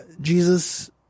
Jesus